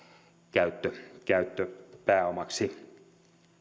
käyttöpääomaksi